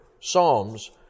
Psalms